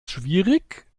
schwierig